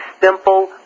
simple